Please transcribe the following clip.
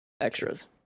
Extras